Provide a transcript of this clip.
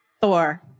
Thor